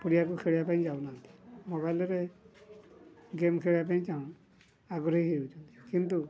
ପଡ଼ିଆକୁ ଖେଳିବା ପାଇଁ ଯାଉନାହାନ୍ତି ମୋବାଇଲ୍ରେ ଗେମ୍ ଖେଳିବା ପାଇଁ ଆଗ୍ରହୀ ହେଉଛନ୍ତି କିନ୍ତୁ